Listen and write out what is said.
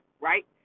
right